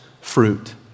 fruit